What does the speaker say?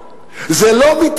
זה לא קובע את גורלנו?